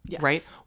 right